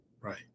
Right